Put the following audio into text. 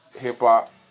hip-hop